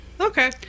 Okay